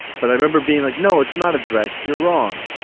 but i remember being like, no, it's not a dress. you're wrong.